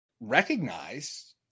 recognize